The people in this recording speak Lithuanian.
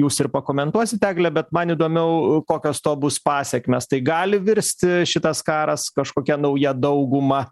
jūs ir pakomentuosit egle bet man įdomiau kokios to bus pasekmės tai gali virsti šitas karas kažkokia nauja dauguma